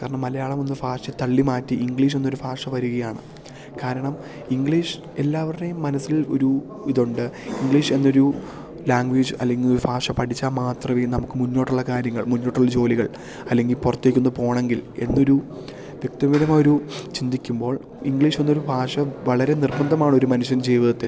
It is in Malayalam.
കാരണം മലയാളം എന്ന ഭാഷ തള്ളി മാറ്റി ഇംഗ്ലീഷെന്നൊര് ഭാഷ വരികയാണ് കാരണം ഇംഗ്ലീഷ് എല്ലാവരുടെയും മനസ്സിൽ ഒരു ഇതുണ്ട് ഇംഗ്ലീഷ് എന്നൊരു ലാംഗ്വേജ് അല്ലെങ്കിൽ ഭാഷ പഠിച്ചാൽ മാത്രവേ നമുക്ക് മുന്നോട്ടുള്ള കാര്യങ്ങൾ മുന്നോട്ടുള്ള ജോലികൾ അല്ലെങ്കിൽ പുറത്തേക്കൊന്ന് പോകണമെങ്കിൽ എന്നൊരു വ്യക്തിപരമായി ഒരു ചിന്തിക്കുമ്പോൾ ഇംഗ്ലീഷ് എന്നൊരു ഭാഷ വളരെ നിർബന്ധമാണൊര് മനുഷ്യന് ജീവിതത്തിൽ